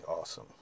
awesome